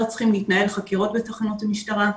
לא צריכים להתנהל חקירות בתחנת המשטרה.